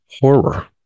horror